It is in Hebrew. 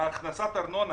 ההכנסות מהארנונה